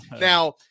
now